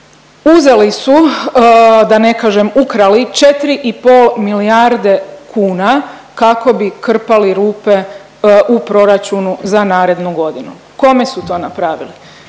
uzeli su da ne kažem ukrali 4,5 milijarde kuna kako bi krpali rupe u proračunu za narednu godinu. Kome su to napravili?